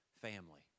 family